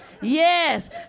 yes